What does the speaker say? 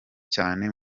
cyane